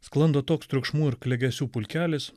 sklando toks triukšmų ir klegesių pulkelis